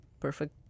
perfect